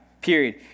Period